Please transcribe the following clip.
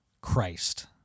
Christ